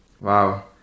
Wow